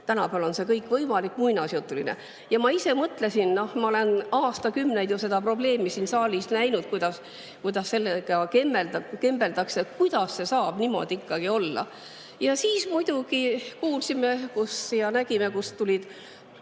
Tänapäeval on kõik võimalik – muinasjutuline. Ja ma ise mõtlesin – noh, ma olen aastakümneid ju seda probleemi siin saalis näinud, kuidas sellega kembeldakse –, et kuidas see ikkagi saab niimoodi olla. Siis muidugi kuulsime ja nägime, kuidas tulid